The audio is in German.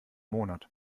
monat